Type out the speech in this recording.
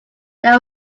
there